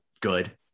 good